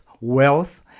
wealth